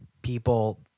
people